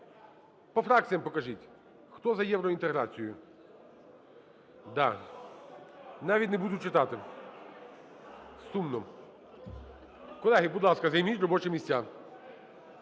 По фракціях покажіть, хто за євроінтеграцію. Да. Навіть не буду читати. Сумно. Колеги, будь ласка, займіть робочі місця.